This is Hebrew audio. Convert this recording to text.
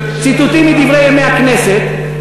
ציטוטים מ"דברי הכנסת",